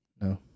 No